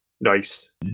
Nice